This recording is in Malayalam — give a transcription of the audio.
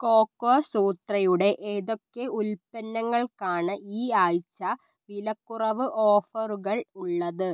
കൊക്കോസൂത്രയുടെ ഏതൊക്കെ ഉൽപ്പന്നങ്ങൾക്കാണ് ഈ ആഴ്ച വിലക്കുറവ് ഓഫറുകൾ ഉള്ളത്